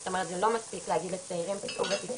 זאת אומרת זה לא מספיק להגיד לצעירים תצאו ותפעלו,